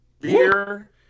beer